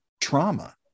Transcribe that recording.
trauma